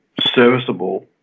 Serviceable